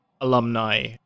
Alumni